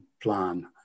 plan